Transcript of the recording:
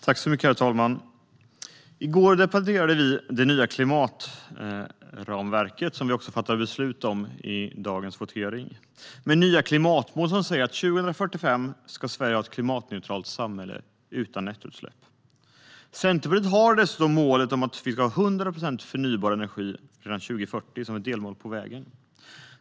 Herr talman! I går debatterade vi det nya klimatramverket, som vi också fattade beslut om i dagens votering, med nya klimatmål som säger att Sverige till 2045 ska ha ett klimatneutralt samhälle utan nettoutsläpp. Centerpartiet har dessutom ett delmål på vägen om 100 procent förnybar energi till 2040.